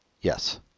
Yes